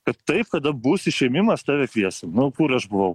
kad taip kada bus išėmimas tave kviesim nu kur aš buvau